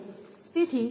તેથી આ ફાયદો છે